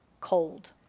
cold